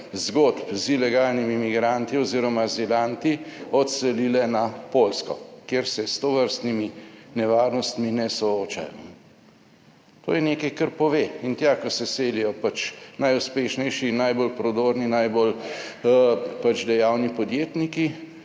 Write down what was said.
zgodb z ilegalnimi migranti oziroma azilanti odselile na Poljsko, kjer se s tovrstnimi nevarnostmi ne soočajo. To je nekaj kar pove in tja, ko se selijo pač najuspešnejši in najbolj prodorni najbolj pač dejavni podjetniki